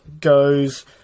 goes